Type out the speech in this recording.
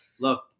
look